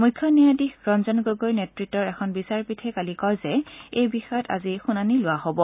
মুখ্য ন্যায়াধীশ ৰঞ্জন গগৈৰ নেতৃত্বৰ এখন বিচাৰপীঠে কালি কয় যে এই বিষয়ত আজি শুনানি ল'ব